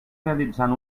realitzant